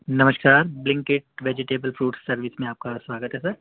نمسکار Blinkit vegetable fruit service میں آپ کا سواگت ہے سر